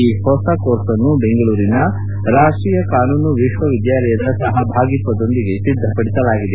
ಈ ಹೊಸ ಕೋರ್ಸ್ ಅನ್ನು ಬೆಂಗಳೂರಿನ ರಾಷ್ಟೀಯ ಕಾನೂನು ವಿಶ್ವವಿದ್ಯಾಲಯದ ಸಪಭಾಗಿತ್ವದೊಂದಿಗೆ ಸಿದ್ಧಪಡಿಸಲಾಗಿದೆ